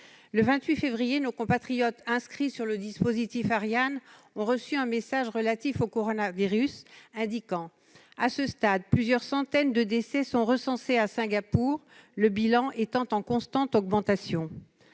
Le 28 février, nos compatriotes inscrits sur le dispositif Ariane ont reçu un message relatif au coronavirus indiquant :« À ce stade, plusieurs centaines de décès sont recensés à Singapour, le bilan étant en constante augmentation. »